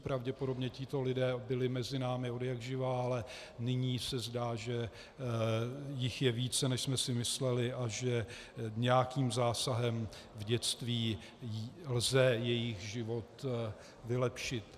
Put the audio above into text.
Pravděpodobně tito lidé byli mezi námi odjakživa, ale nyní se zdá, že jich je více, než jsme si mysleli, a že nějakým zásahem v dětství lze jejich život vylepšit.